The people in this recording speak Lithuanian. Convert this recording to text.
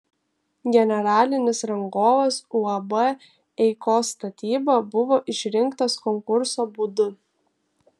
generalinis rangovas uab eikos statyba buvo išrinktas konkurso būdu